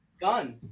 gun